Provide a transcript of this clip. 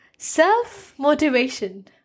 Self-motivation